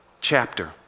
chapter